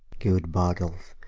good bardolfe,